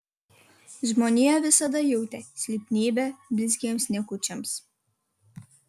žmonija visada jautė silpnybę blizgiems niekučiams